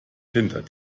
hinter